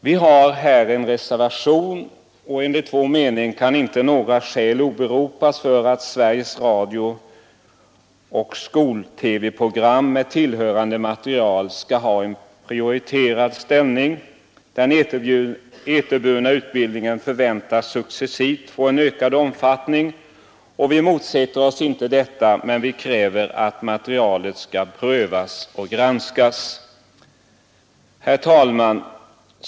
Vi har här en reservation, och enligt vår mening kan inte några skäl åberopas för att Sveriges Radio och skol-TV-programmen med tillhörande material skall ha en prioriterad ställning. Den eterburna utbildningen väntas successivt få en ökad omfattning. Vi motsätter oss inte detta men kräver att materialet skall prövas och granskas. Herr talman!